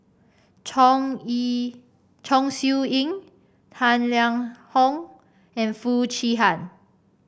Chong Chong Siew Ying Tang Liang Hong and Foo Chee Han